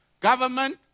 government